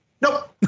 Nope